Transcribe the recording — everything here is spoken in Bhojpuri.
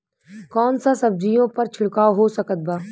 कौन सा सब्जियों पर छिड़काव हो सकत बा?